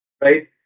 right